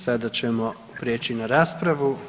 Sada ćemo prijeći na raspravu.